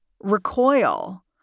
recoil